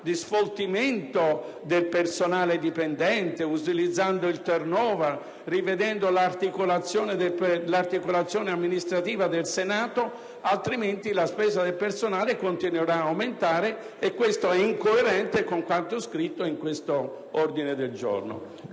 di sfoltimento del personale dipendente, utilizzando il *turn over* o rivedendo l'articolazione amministrativa del Senato; altrimenti la spesa per il personale continuerà a aumentare e questo è incoerente con quanto scritto in questo ordine del giorno.